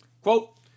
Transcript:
Quote